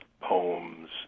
poems